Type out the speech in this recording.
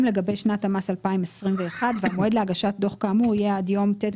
גם לגבי שנת המס 2021 והמועד להגשת דוח כאמור יהיה עד יום ט'